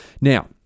Now